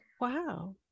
Wow